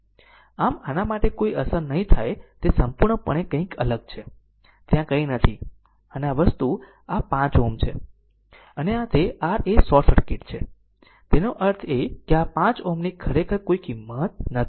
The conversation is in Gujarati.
આમ આના માટે કોઈ અસર નહીં થાય તે સંપૂર્ણપણે કંઇક અલગ છે ત્યાં કંઇ નથી અને વસ્તુ આ 5 Ω છે અને આ તે r એ શોર્ટ સર્કિટ છે તેનો અર્થ એ કે આ 5 Ω ની ખરેખર કોઈ કિંમત નથી